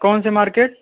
कौन से मार्केट